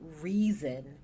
reason